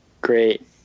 great